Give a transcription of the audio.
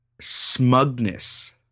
smugness